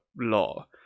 law